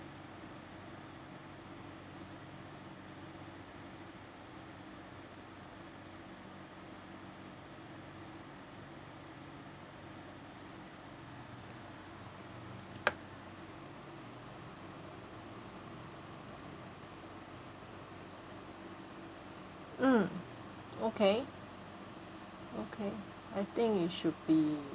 mm okay okay I think it should be